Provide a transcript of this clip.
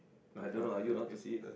I don't know are you allow to see it